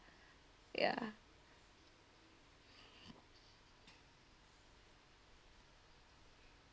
ya